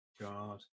God